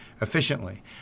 efficiently